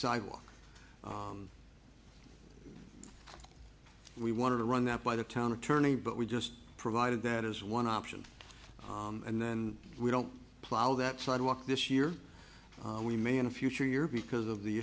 sidewalk we wanted to run that by the town attorney but we just provided that as one option and then we don't plow that sidewalk this year we may in a future year because of the